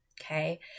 Okay